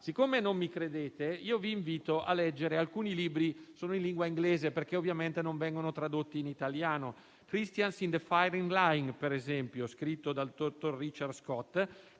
Siccome non mi credete, vi invito a leggere alcuni libri. Sono in lingua inglese, perché ovviamente non vengono tradotti in italiano. «Christians in the firing line», per esempio, scritto dal dottor Richard Scott,